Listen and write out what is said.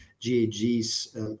GAGs